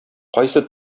кайсы